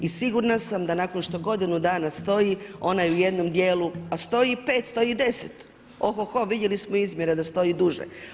I sigurna sam da nakon što godinu dana stoji ona je u jednom dijelu, a stoji i 500 i 10 o ho ho vidjeli smo izmjene da stoji i duže.